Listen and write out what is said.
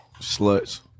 Sluts